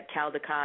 Caldecott